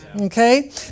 okay